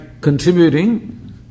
contributing